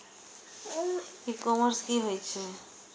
ई commerce की होय छेय?